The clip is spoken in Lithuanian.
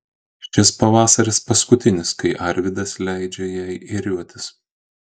šis pavasaris paskutinis kai arvydas leidžia jai ėriuotis